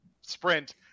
sprint